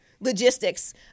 Logistics